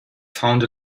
found